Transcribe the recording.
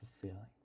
fulfilling